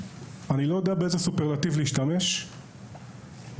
אני לא יודע באיזה סופרלטיב להשתמש בין